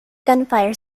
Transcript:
gunfire